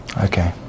Okay